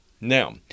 Now